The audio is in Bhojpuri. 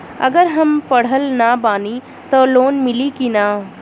अगर हम पढ़ल ना बानी त लोन मिली कि ना?